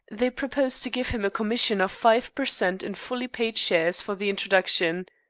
they proposed to give him a commission of five per cent in fully paid shares for the introduction.